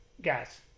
Guys